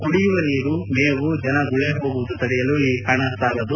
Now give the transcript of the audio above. ಕುಡಿಯುವ ನೀರು ಮೇವು ಜನ ಗುಳಿ ಹೋಗುವುದು ತಡೆಯಲು ಈ ಹಣ ಸಾಲದು